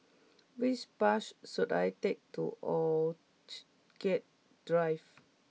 which bus should I take to Orchid get Drive